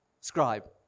scribe